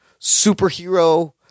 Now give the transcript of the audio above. superhero